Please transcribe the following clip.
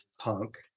punk